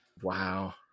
Wow